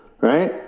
right